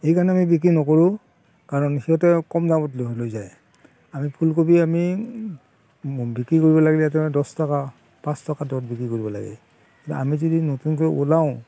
এইকাৰণে আমি বিক্ৰী নকৰোঁ কাৰণ সিহঁতে কম দামত লৈ যায় আমি ফুলকবি আমি বিক্ৰী কৰিব লাগিলেতো দহ টকা পাঁচ টকা দৰত বিক্ৰী কৰিব লাগে এতিয়া আমি যদি নতুনকৈ ওলাওঁ